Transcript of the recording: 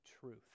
truth